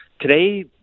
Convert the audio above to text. today